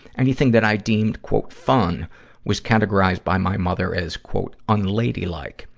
anything that i deemed fun was categorized by my mother as unladylike.